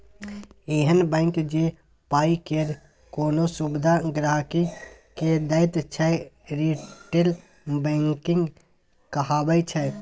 एहन बैंक जे पाइ केर कोनो सुविधा गांहिकी के दैत छै रिटेल बैंकिंग कहाबै छै